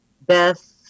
Beth